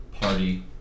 party